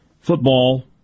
Football